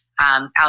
Out